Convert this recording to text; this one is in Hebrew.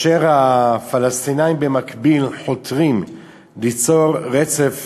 והפלסטינים במקביל חותרים ליצור רצף